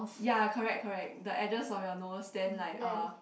ya correct correct the edges of your nose then like uh